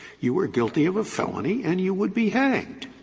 you were guilty of a felony and you would be hanged.